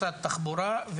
משרד התחבורה,